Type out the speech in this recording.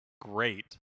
great